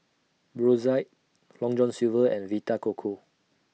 Brotzeit Long John Silver and Vita Coco